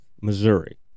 Missouri